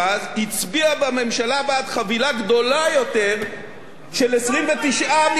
הצביע בממשלה בעד חבילה גדולה יותר של 29 מיליארדי שקלים,